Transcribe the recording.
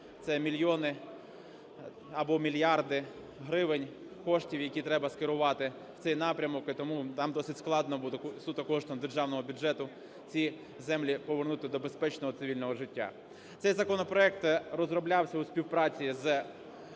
Це мільйони або мільярди гривень коштів, які треба скерувати в цей напрямок і тому там досить складно буде суто коштом державного бюджету ці землі повернути до безпечного цивільного життя. Цей законопроект розроблявся у співпраці з